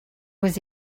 was